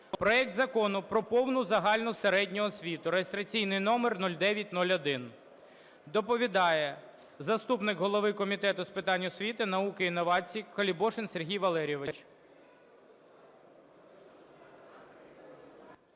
проект Закону про повну загальну середню освіту (реєстраційний номер 0901). Доповідає заступник голови Комітету з питань освіти, науки, інновацій Колебошин Сергій Валерійович.